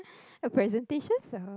her presentations are